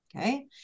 Okay